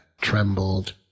trembled